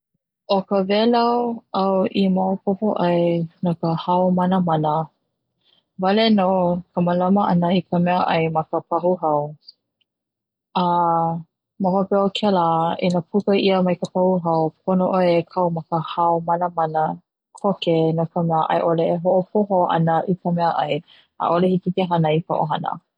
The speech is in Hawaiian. O ka welau au i maopopo ai no ka hao manamana wale no ka malāma ana ka meaʻai ma ka pahu hau a ma hope o kela i na puka ʻia mai ka pahu hau pono ʻoe e kau ma ka hao manamana koke no ka mea aiʻole e hoʻopohō ana ka meaʻai ʻaʻole hiki ke hanai i ka ʻohana.